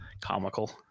comical